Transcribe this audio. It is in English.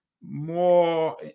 more